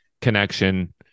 connection